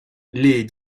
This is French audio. les